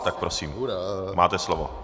Tak prosím, máte slovo.